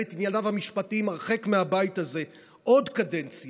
את ענייניו המשפטיים הרחק מהבית הזה עוד קדנציה,